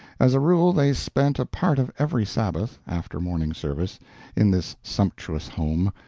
as a rule they spent a part of every sabbath after morning service in this sumptuous home,